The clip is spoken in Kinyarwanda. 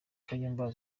kayumba